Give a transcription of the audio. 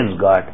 God